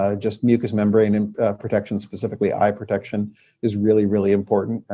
ah just mucous membrane and protection specifically, eye protection is really, really important.